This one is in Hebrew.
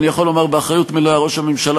ואני יכול לומר באחריות מלאה: ראש הממשלה